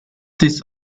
this